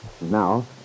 Now